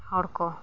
ᱦᱚᱲᱠᱚ